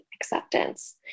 acceptance